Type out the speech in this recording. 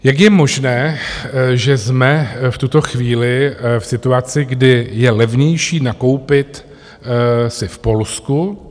Jak je možné, že jsme v tuto chvíli v situaci, kdy je levnější nakoupit si v Polsku?